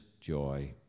joy